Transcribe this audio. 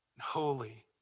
holy